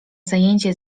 zajęcie